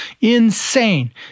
insane